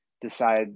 decide